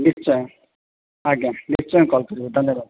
ନିଶ୍ଚୟ ଆଜ୍ଞା ନିଶ୍ଚୟ କଲ କରିବେ ଧନ୍ୟବାଦ